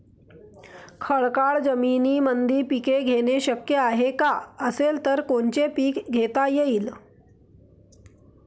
खडकाळ जमीनीमंदी पिके घेणे शक्य हाये का? असेल तर कोनचे पीक घेता येईन?